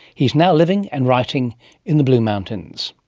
he's now living and writing in the blue mountains.